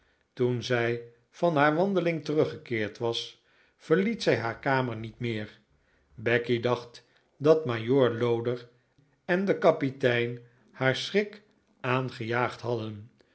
toen zij van haar wandeling teruggekeerd was verliet zij haar kamer niet meer becky dacht dat majoor loder en de kapitein haar schrik aangejaagd hadden